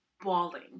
bawling